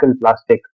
plastic